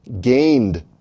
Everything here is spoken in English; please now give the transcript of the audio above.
gained